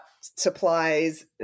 supplies